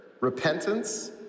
repentance